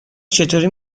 چطوری